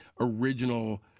original